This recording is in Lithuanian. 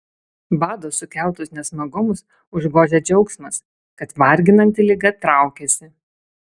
bado sukeltus nesmagumus užgožia džiaugsmas kad varginanti liga traukiasi